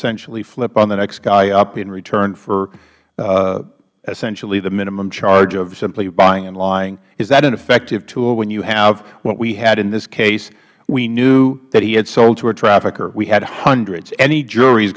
essentially flip on the next guy up in return for essentially the minimum charge of simply buying and lying is that an effective tool when you have what we had in this case we knew that he had sold to a trafficker we had hundreds any jury is